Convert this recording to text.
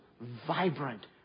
vibrant